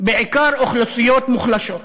בעיקר אוכלוסיות מוחלשות,